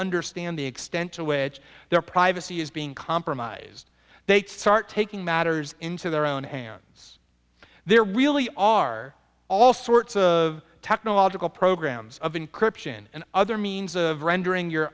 understand the extent to which their privacy is being compromised they start taking matters into their own hands there really are all sorts of technological programs of encryption and other means of rendering you